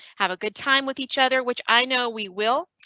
have a good time with each other, which i know we will.